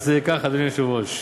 אז ככה, אדוני היושב-ראש: